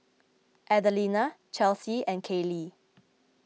Adelina Chelsea and Kayli